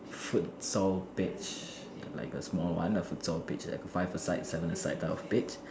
futsal pitch like a small one the futsal pitch like a five a side seven aside type of pitch